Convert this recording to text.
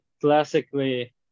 classically